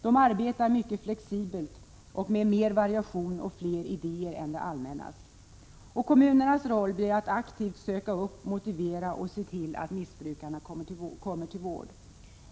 De arbetar mycket flexibelt och med mer variation och fler idéer än det allmännas. Kommunernas roll blir att aktivt söka upp, motivera missbrukarna till vård och se till att de kommer till vård.